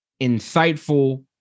insightful